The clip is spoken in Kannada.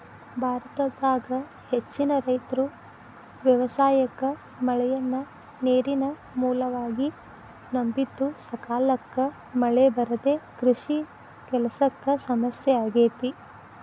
ಭಾರತದಾಗ ಹೆಚ್ಚಿನ ರೈತರು ವ್ಯವಸಾಯಕ್ಕ ಮಳೆಯನ್ನ ನೇರಿನ ಮೂಲವಾಗಿ ನಂಬಿದ್ದುಸಕಾಲಕ್ಕ ಮಳೆ ಬರದೇ ಕೃಷಿ ಕೆಲಸಕ್ಕ ಸಮಸ್ಯೆ ಆಗೇತಿ